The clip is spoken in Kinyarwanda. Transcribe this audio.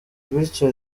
bityo